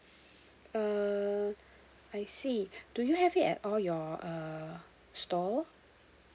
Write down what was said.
err I see do you have it at all your uh stall